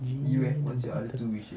genie in the bottle